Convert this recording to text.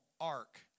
ark